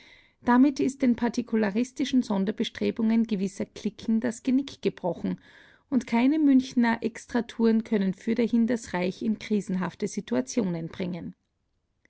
damit ist den partikularistischen sonderbestrebungen gewisser kliquen das genick gebrochen und keine münchener extratouren können fürderhin das reich in krisenhafte situationen bringen